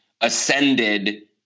ascended